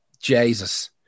Jesus